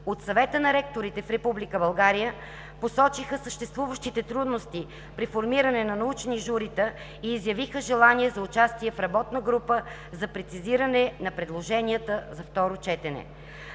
От Съвета на ректорите в Република България посочиха съществуващите трудности при формиране на научни журита и изявиха желание за участие в работна група за прецизиране на предложенията за второ четене.